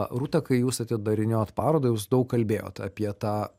rūta kai jūs atidarinėjot parodą jūs daug kalbėjot apie tą